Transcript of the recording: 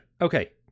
Okay